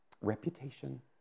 Reputation